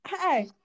Hey